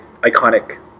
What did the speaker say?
iconic